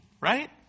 right